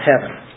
heaven